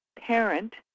parent